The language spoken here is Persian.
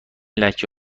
لکه